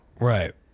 Right